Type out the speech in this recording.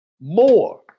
More